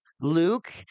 Luke